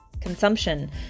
consumption